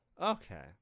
Okay